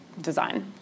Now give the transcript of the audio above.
design